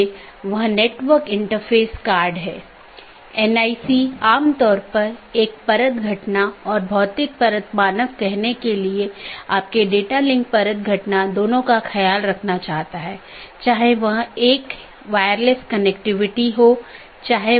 यह मूल रूप से ऑटॉनमस सिस्टमों के बीच सूचनाओं के आदान प्रदान की लूप मुक्त पद्धति प्रदान करने के लिए विकसित किया गया है इसलिए इसमें कोई भी लूप नहीं होना चाहिए